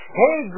hey